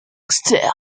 externe